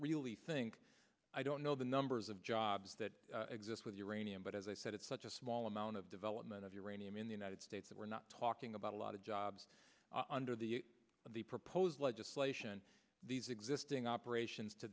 really think i don't know the numbers of jobs that exist with uranium but as i said it's such a small amount of development of uranium in the united states that we're not talking about a lot of jobs under the proposed legislation these existing operations to